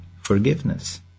forgiveness